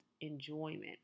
enjoyment